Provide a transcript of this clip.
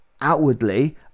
outwardly